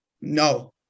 no